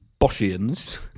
Boschians